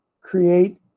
create